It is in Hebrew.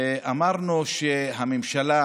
אמרנו שהממשלה